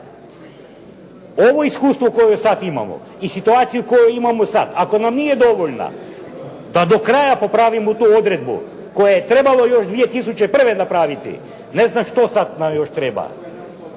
Ovo iskustvo koje sad imamo i situacija koju imamo sad, ako nam nije dovoljna da do kraja popravimo tu odredbu koju je trebalo još 2001. napraviti, ne znam što sad nam još treba.